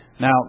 Now